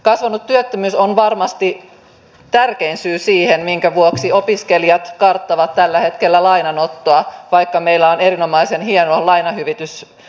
kasvanut työttömyys on varmasti tärkein syy siihen minkä vuoksi opiskelijat karttavat tällä hetkellä lainanottoa vaikka meillä on erinomaisen hieno lainahyvitysjärjestelmä